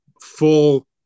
full